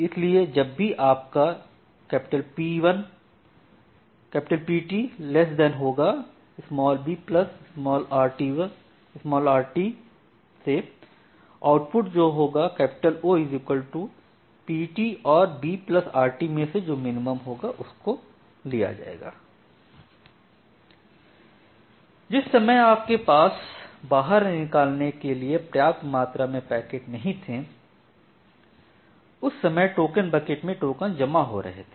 इसलिए जब भी आपका Pt brt output O min Pt brt जिस समय आपके पास बाहर निकालने के लिए पर्याप्त मात्रा में पैकेट नहीं थे उस समय टोकन बकेट में टोकन जमा हो रहे थे